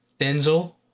Denzel